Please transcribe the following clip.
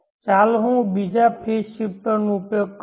ચાલો હું બીજા ફેઝ શિફ્ટરનો ઉપયોગ કરું